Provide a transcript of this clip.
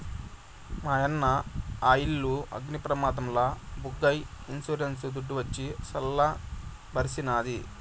మాయన్న ఆలిల్లు అగ్ని ప్రమాదంల బుగ్గైనా ఇన్సూరెన్స్ దుడ్డు వచ్చి సల్ల బరిసినాది